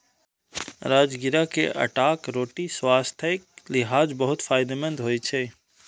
राजगिरा के आटाक रोटी स्वास्थ्यक लिहाज बहुत फायदेमंद होइ छै